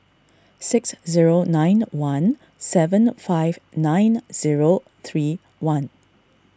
six zero nine one seven five nine zero three one